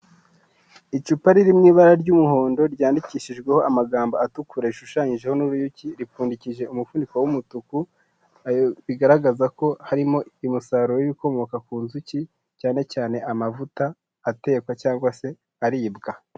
Icupa riri mu ibara ry'umuhondo ryandikishijweho amagambo atukura rishushanyijeho n'uruyuki ripfundikije umufuniko w'umutuku, ayo bigaragaza ko harimo umusaruro w'ibikomoka ku nzuki, cyane cyane amavuta atekwa cyangwa se aribwa.